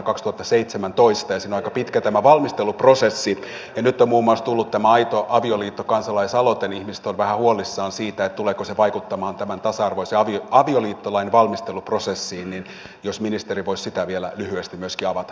siinä on aika pitkä tämä valmisteluprosessi ja nyt on muun muassa tullut tämä aito avioliitto kansalaisaloite ja ihmiset ovat vähän huolissaan siitä tuleeko se vaikuttamaan tämän tasa arvoisen avioliittolain valmisteluprosessiin eli jos ministeri voisi sitä vielä lyhyesti myöskin avata